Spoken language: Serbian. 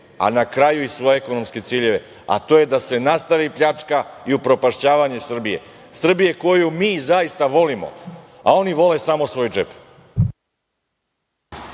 a na kraju i svoje ekonomske ciljeve, a to je da se nastavi pljačka i upropašćavanje Srbije, Srbije koju mi zaista volimo, a oni vole samo svoj džep.